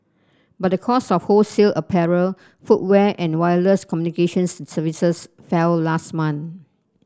but the cost of wholesale apparel footwear and wireless communications services fell last month